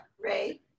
Ray